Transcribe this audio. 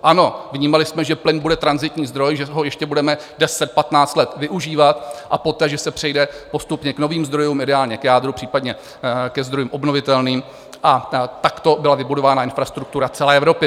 Ano, vnímali jsme, že plyn bude tranzitní zdroj, že ho ještě budeme deset, patnáct let využívat a poté že se přejde postupně k novým zdrojům, ideálně k jádru, případně ke zdrojům obnovitelným, a takto byla vybudována infrastruktura celé Evropy.